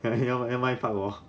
!huh! m I 放我